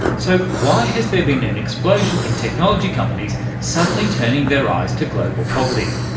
so, why has there been an explosion in technology companies suddenly turning their eyes to global poverty?